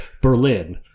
Berlin